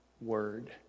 word